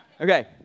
Okay